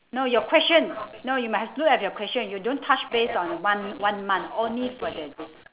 no your question no you must look at your question you don't touch base on one one month only for the day